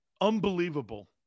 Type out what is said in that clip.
Unbelievable